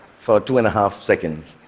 for two and a half seconds.